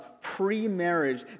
pre-marriage